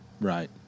Right